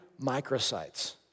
microsites